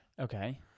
okay